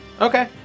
Okay